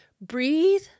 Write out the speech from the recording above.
Breathe